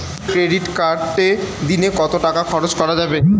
Credit কার্ডে দিনে কত টাকা খরচ করা যাবে?